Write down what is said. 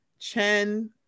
Chen